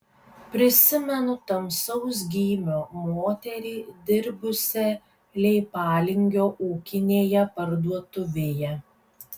prisimenu tamsaus gymio moterį dirbusią leipalingio ūkinėje parduotuvėje